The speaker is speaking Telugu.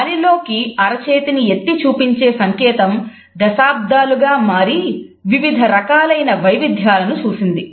గాలిలోకి అర చేతిని ఎత్తి చూపించే సంకేతం దశాబ్దాలుగా మారి వివిధ రకాలైన వైవిధ్యాలను చూసింది